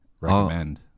Recommend